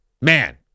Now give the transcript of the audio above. man